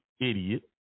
Idiot